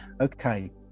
okay